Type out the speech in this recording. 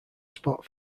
spot